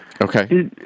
Okay